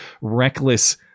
reckless